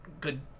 good